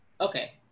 okay